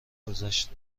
گذشت